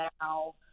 now